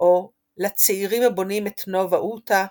או 'לצעירים הבונים את נובה הוטה',